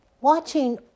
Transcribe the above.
Watching